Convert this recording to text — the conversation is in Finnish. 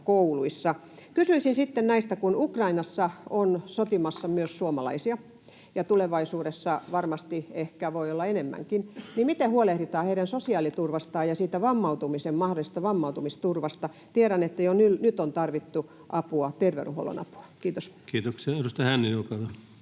Kysyisin sitten siitä, kun Ukrainassa on sotimassa myös suomalaisia ja tulevaisuudessa ehkä voi olla enemmänkin. Miten huolehditaan heidän sosiaaliturvastaan ja mahdollisen vammautumisen turvastaan? Tiedän, että jo nyt on tarvittu terveydenhuollon apua. — Kiitos. [Speech 256]